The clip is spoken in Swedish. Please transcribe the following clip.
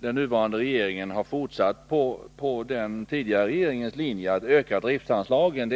den nuvarande regeringen fortsatt på den tidigare regeringens linje att öka driftsanslagen.